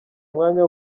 umwanya